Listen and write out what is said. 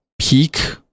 peak